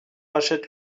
achète